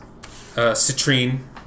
Citrine